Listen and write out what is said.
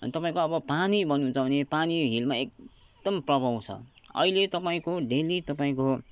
तपाईँको अब पानी भन्नुहुन्छ भने पानी हिलमा एकदम प्रब्लम छ अहिले तपाईँको डेली तपाईँको